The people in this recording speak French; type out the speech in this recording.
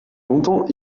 longtemps